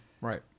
Right